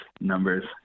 numbers